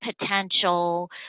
potential